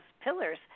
pillars